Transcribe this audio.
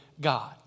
God